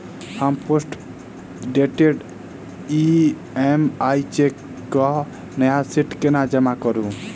हम postdated EMI cheque केँ नया सेट केना जमा करू?